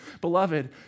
beloved